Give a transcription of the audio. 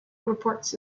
reports